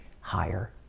higher